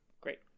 great